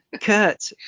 Kurt